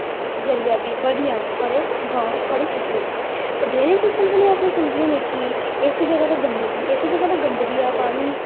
जरिया बी बधी जाने थुआढ़े गाओं थुआढ़े सिटी बिच्च ते ड्रेनेज़ सिस्टम कन्नै अस एह् समझने होन्ने कि इक जगह दा गंदगी इक जगह दा गंदगी दा पानी